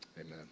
amen